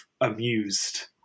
amused